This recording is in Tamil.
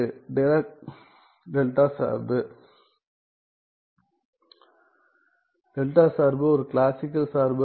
டிராக் δ சார்பு • δ சார்பு ஒரு கிளாசிக்கல் சார்பு அல்ல